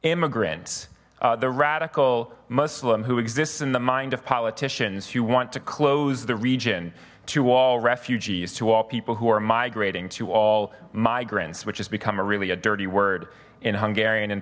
immigrant the radical muslim who exists in the mind of politicians you want to close the region to all refugees to all people who are migrating to all migrants which has become a really a dirty word in hungarian in